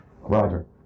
Roger